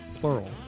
plural